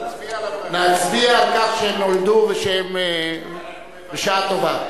נצביע על כך שהם נולדו, בשעה טובה.